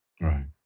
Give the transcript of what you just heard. Right